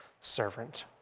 servant